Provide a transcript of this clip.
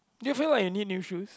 do you feel like any new shoes